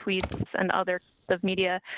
tweets and other media.